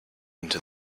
into